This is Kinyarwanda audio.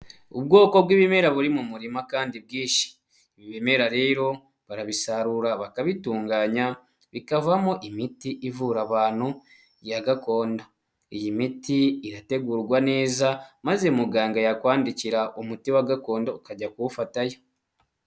Ubwoko bw'ibimera buri mu murima kandi bwinshi. Ibimera rero barabisarura bakabitunganya bikavamo imiti ivura abantu ya gakondo. Iyi miti irategurwa neza maze muganga yakwandikira umuti wa gakondo ukajya kuwufatayo.